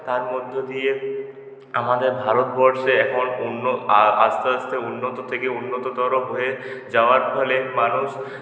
তার মধ্য দিয়ে আমাদের ভারতবর্ষে এখন আর আস্তে আস্তে উন্নত থেকে উন্নততর হয়ে যাওয়ার ফলে মানুষ